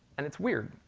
and it's weird.